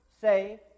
say